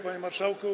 Panie Marszałku!